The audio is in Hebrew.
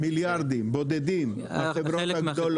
מיליארדים בודדים החברות הגדולות.